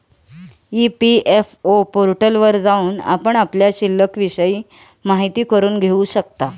EPFO पोर्टलवर जाऊन आपण आपल्या शिल्लिकविषयी माहिती करून घेऊ शकता